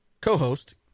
co-host